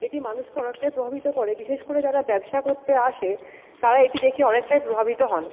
এটি মানুষকে অনেকটাই প্রভাবিত করে বিশেষ করে যারা ব্যবসা করতে আসে তারা এটি দেখে অনেকটাই প্রভাবিত হন